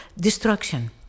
destruction